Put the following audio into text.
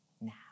now